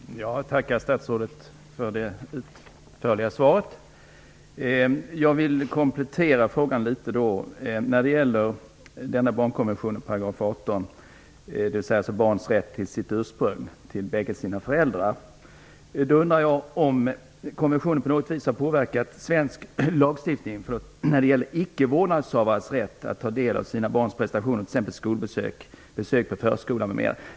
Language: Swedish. Fru talman! Jag tackar statsrådet för det utförliga svaret. Jag vill komplettera frågan litet när det gäller artikel 18 i barnkonventionen vad avser barnets rätt till sitt ursprung, dvs. till bägge sina föräldrar. Jag undrar om konventionen på något sätt påverkat svensk lagstiftning när det gäller icke vårdnadshavares rätt att ta del av sina barns prestationer, t.ex. genom skolbesök, besök på förskola m.m.